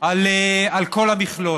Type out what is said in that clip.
על כל המכלול.